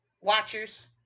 Watchers